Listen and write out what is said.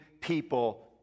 people